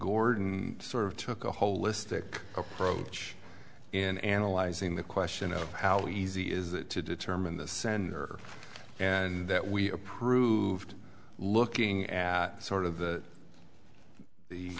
gordon sort of took a holistic approach in analyzing the question of how easy is it to determine the sender and that we approved looking at sort of the